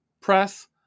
press